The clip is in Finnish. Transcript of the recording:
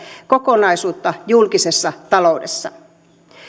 kokonaisuutta julkisessa taloudessa